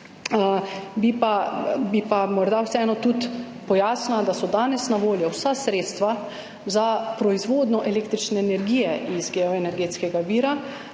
Bi pa morda vseeno tudi pojasnila, da so danes na voljo vsa sredstva za proizvodnjo električne energije iz geoenergetskega vira,